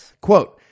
Quote